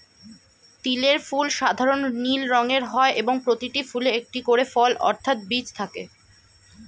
তিলের ফুল সাধারণ নীল রঙের হয় এবং প্রতিটি ফুলে একটি করে ফল অর্থাৎ বীজ থাকে